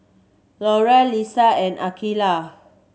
Loraine Lesa and Akeelah